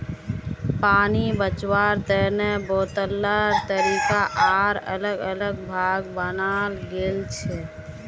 पानी बचवार तने बहुतला तरीका आर अलग अलग भाग बनाल गेल छे